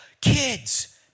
Kids